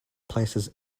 places